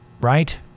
right